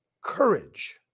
courage